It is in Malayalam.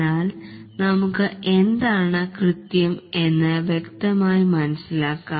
എന്നാൽ നമുക് എന്താണ് കൃത്യം എന്ന് വ്യക്തമായി മനസിലാകാം